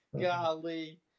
Golly